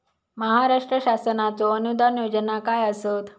महाराष्ट्र शासनाचो अनुदान योजना काय आसत?